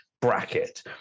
bracket